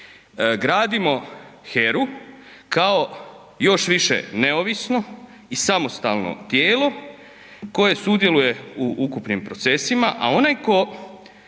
gradimo HERA-u kao još više neovisnu i samostalno tijelo koje sudjeluje u ukupnim procesima a onaj tko